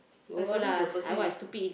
when talking to the person in front